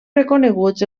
reconeguts